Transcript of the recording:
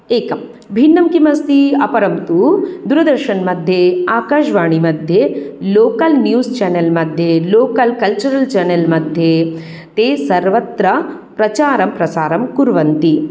एकं भिन्नं किम् अस्ति अपरं तु दूरदर्शनमध्ये आकाशवाणीमध्ये लोकल् न्यूज़् चेनल् मध्ये लोकल् कल्चुरल् चेनल् मध्ये ते सर्वत्र प्रचारं प्रसारं कुर्वन्ति